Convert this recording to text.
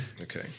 Okay